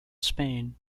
spain